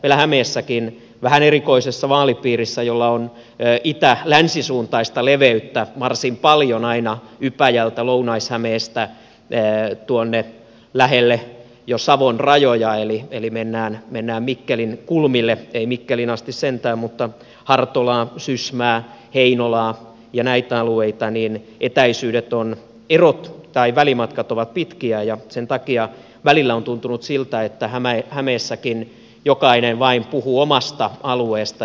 meillä hämeessäkin vähän erikoisessa vaalipiirissä jolla on itälänsisuuntaista leveyttä varsin paljon aina ypäjältä lounais hämeestä lähelle savon rajoja eli mennään mikkelin kulmille ei mikkeliin asti sentään mutta hartolaa sysmää heinolaa ja näitä alueita niin etäisyydet on piru tai välimatkat ovat pitkiä ja sen takia välillä on tuntunut siltä että hämeessäkin jokainen vain puhuu omasta alueestaan